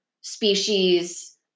species